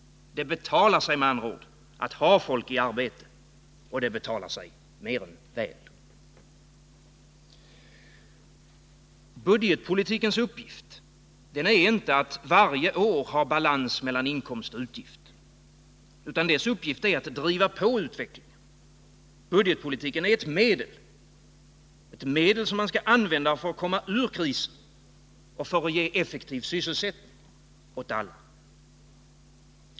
Det betalar sig med andra ord att ha folk i arbete, och det betalar sig mer än väl. Budgetpolitikens uppgift är inte att varje år ha balans mellan inkomst och utgift. Dess uppgift är att driva på utvecklingen. Budgetpolitiken är ett medel som man skall använda för att komma ur krisen och för att ge effektiv sysselsättning åt alla.